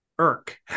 irk